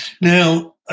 Now